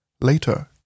later